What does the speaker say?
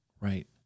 Right